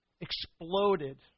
exploded